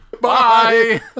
Bye